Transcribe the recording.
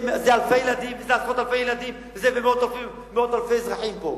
זה אלפי ילדים וזה עשרות אלפי ילדים וזה מאות אלפי אזרחים פה.